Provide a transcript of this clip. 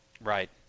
Right